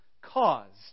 caused